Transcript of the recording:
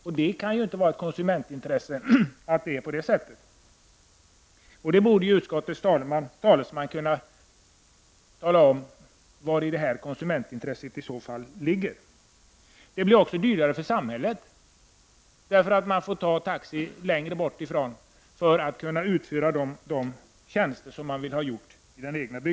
Därför kan det inte vara något konsumentintresse att det är på det sättet. Utskottets talesman borde kunna tala om vari detta konsumentintresse ligger. Detta system blir också dyrare för samhället, eftersom man får beställa längre taxi längre bort ifrån.